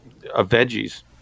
veggies